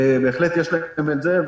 בהחלט יש להם את זה,